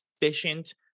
efficient